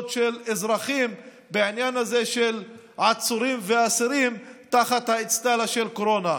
של אזרחים בעניין הזה של עצורים ואסירים תחת האצטלה של הקורונה.